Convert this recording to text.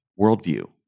worldview